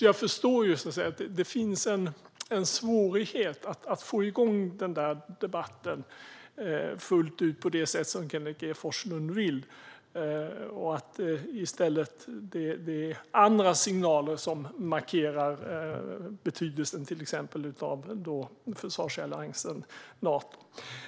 Jag förstår alltså att det finns en svårighet att få igång den där debatten fullt ut på det sätt som Kenneth G Forslund nu vill och att det i stället är andra signaler som markerar betydelsen av till exempel försvarsalliansen Nato.